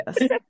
Yes